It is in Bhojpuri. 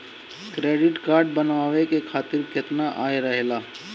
क्रेडिट कार्ड बनवाए के खातिर केतना आय रहेला?